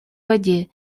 воде